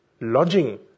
lodging